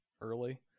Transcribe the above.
early